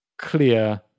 clear